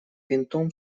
винтом